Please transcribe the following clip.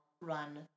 run